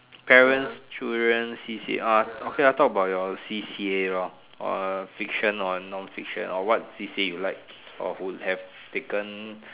parents children C_C_R okay talk about your C_C_A lor or a fiction or a non fiction or what C_C_A you like or would have taken